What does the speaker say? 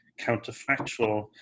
counterfactual